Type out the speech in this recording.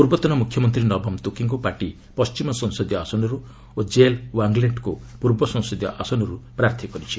ପୂର୍ବତନ ମୁଖ୍ୟମନ୍ତ୍ରୀ ନବମ ତ୍ରୁକୀଙ୍କୁ ପାର୍ଟି ପଣ୍ଟିମ ସଂସଦୀୟ ଆସନରୁ ଓ ଜେଏଲ୍ ୱାଙ୍ଗ୍ଲେଟ୍ଙ୍କୁ ପୂର୍ବ ସଂସଦୀୟ ଆସନରୁ ପ୍ରାର୍ଥୀ କରିଛି